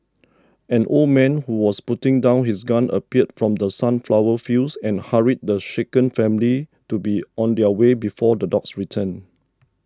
an old man who was putting down his gun appeared from the sunflower fields and hurried the shaken family to be on their way before the dogs return